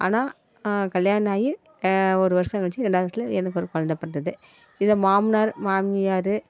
ஆனால் கல்யாணம் ஆகி ஒரு வருடம் கழித்து ரெண்டாவது வருசத்தில் எனக்கு ஒரு குழந்த பிறந்தது இதை மாமனார் மாமியார்